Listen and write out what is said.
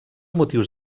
motius